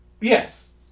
Yes